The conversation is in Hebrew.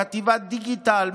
חטיבת דיגיסטל,